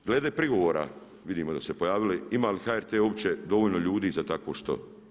Glede prigovora, vidimo da su se pojavili, ima li HRT uopće dovoljno ljudi za takvo što.